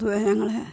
പൊതുവേ ഞങ്ങളെ